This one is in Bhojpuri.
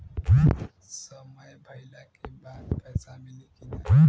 समय भइला के बाद पैसा मिली कि ना?